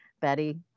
Betty